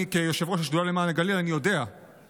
כיושב-ראש השדולה למען הגליל אני יודע שאתה